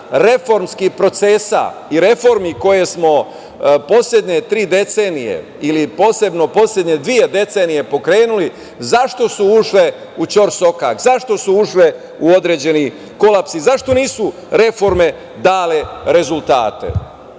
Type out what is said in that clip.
reformskih procesa i reformi koje smo poslednje tri decenije ili posebno poslednje dve decenije pokrenuli, zašto su ušli u ćorsokak, zašto su ušle u određeni kolaps i zašto nisu reforme dale rezultate?